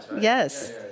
Yes